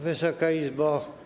Wysoka Izbo!